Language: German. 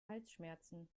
halsschmerzen